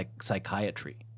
psychiatry